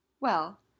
Well